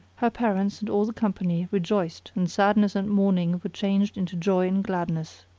her parents and all the company rejoiced and sadness and mourn ing were changed into joy and gladness.